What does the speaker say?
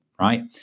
right